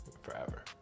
forever